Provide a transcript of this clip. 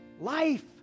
life